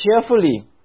cheerfully